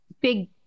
big